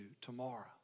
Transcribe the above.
tomorrow